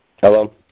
Hello